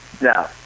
No